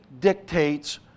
dictates